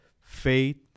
faith